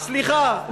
סליחה,